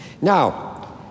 Now